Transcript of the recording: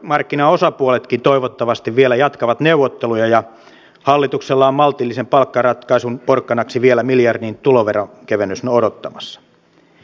työmarkkinaosapuoletkin toivottavasti vielä jatkavat neuvotteluja ja hallituksella on maltillisen palkkaratkaisun porkkanaksi vielä miljardin tuloveronkevennys odottamassa